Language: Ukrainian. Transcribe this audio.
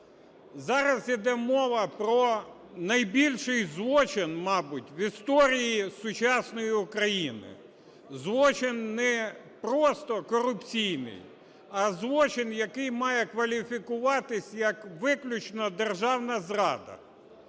Зараз йде мова про найбільший злочин, мабуть, в історії сучасної України, злочин не просто корупційний, а злочин, який має кваліфікуватися як виключно державна зрада.